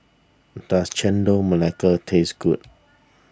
does Chendol Melaka taste good